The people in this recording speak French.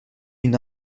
une